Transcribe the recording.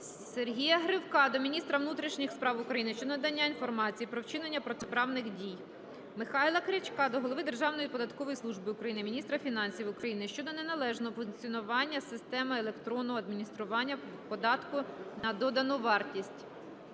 Сергія Гривка до міністра внутрішніх справ України щодо надання інформації про вчинення протиправних дій. Михайла Крячка до голови Державної податкової служби України, міністра фінансів України щодо неналежного функціонування системи електронного адміністрування податку на додану вартість.